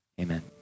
Amen